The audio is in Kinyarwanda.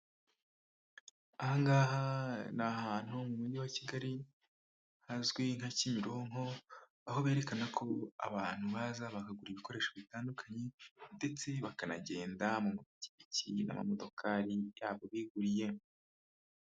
Ahangaha ni ahantu mu mujyi wa Kigali hazwi nka Kimironko, aho berekana ko abantu baza bakagura ibikoresho bitandukanye ndetse bakanagenda mu mapikipiki n'ama modokari yabo biguriyemo.